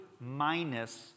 minus